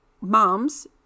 moms